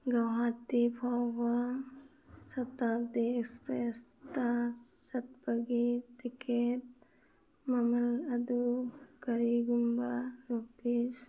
ꯒꯨꯋꯥꯍꯥꯇꯤ ꯐꯥꯎꯕ ꯁꯇꯥꯞꯇꯤ ꯑꯦꯛꯁꯄ꯭ꯔꯦꯁꯇ ꯆꯠꯄꯒꯤ ꯇꯤꯛꯀꯦꯠ ꯃꯃꯜ ꯑꯗꯨ ꯀꯔꯤꯒꯨꯝꯕ ꯔꯨꯄꯤꯁ